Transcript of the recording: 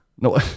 No